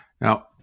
Now